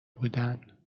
بودن